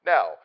Now